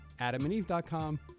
AdamandEve.com